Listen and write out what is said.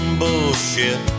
bullshit